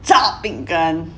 炸饼干